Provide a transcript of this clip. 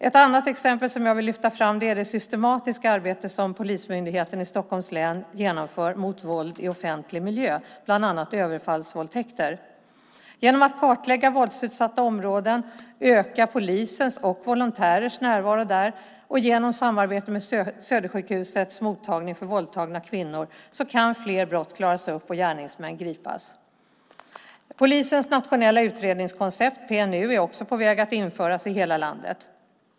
Ett annat exempel som jag vill lyfta fram är det systematiska arbete som Polismyndigheten i Stockholms län genomför mot våld i offentlig miljö, bland annat överfallsvåldtäkter. Genom att kartlägga våldsutsatta områden, öka polisens och volontärers närvaro där och genom samarbete med Södersjukhusets mottagning för våldtagna kvinnor kan fler brott klaras upp och gärningsmän gripas. Polisens nationella utredningskoncept, PNU, är också på väg att införas i hela landet.